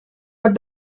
but